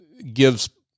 gives